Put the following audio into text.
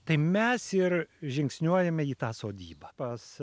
tai mes ir žingsniuojame į tą sodybą pas